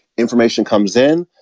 information comes in.